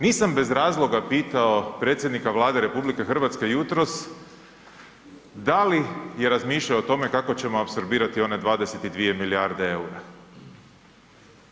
Nisam bez razloga pitao predsjednika Vlade RH jutros da li je razmišljao o tome kako ćemo apsorbirati one 22 milijarde EUR-a.